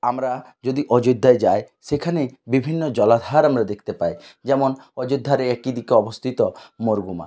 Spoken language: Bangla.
আমরা যদি অযোধ্যায় যাই সেখানে বিভিন্ন জলাধার আমরা দেখতে পাই যেমন অযোধ্যার একটি দিকে অবস্থিত মুরগুমা